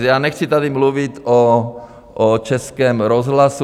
A nechci tady mluvit o Českém rozhlasu.